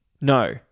No